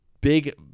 big